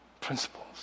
principles